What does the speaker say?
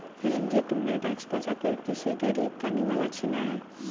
रंजित, तुमने टैक्स बचाकर किसी गरीब का निवाला छीना है